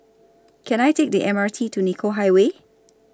Can I Take The M R T to Nicoll Highway